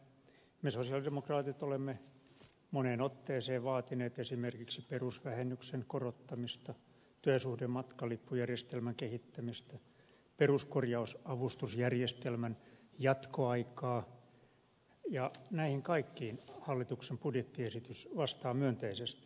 me sosialidemokraatit olemme moneen otteeseen vaatineet esimerkiksi perusvähennyksen korottamista työsuhdematkalippujärjestelmän kehittämistä peruskorjausavustusjärjestelmän jatkoaikaa ja näihin kaikkiin hallituksen budjettiesitys vastaa myönteisesti